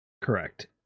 Correct